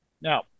Now